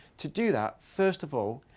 to do that, first of all,